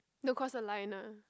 don't cross the line lah